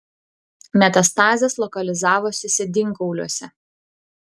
metastazės lokalizavosi sėdynkauliuose